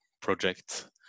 project